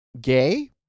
gay